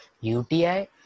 UTI